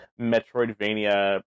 metroidvania